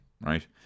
right